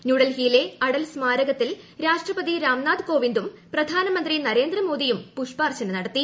ന്യൂഡൽഹിയിലെ അടൽ സ്മാരകത്തിൽ രാഷ്ട്രപതി രാംനാഥ് കോവിന്ദും പ്രധാനമന്ത്രി നരേന്ദ്ര മോദിയും പുഷ്പാർച്ചന നടത്തി